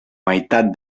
meitat